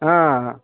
ఆ